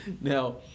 Now